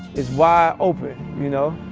it's wide open, you know?